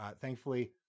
thankfully